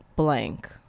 blank